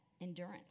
endurance